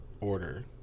order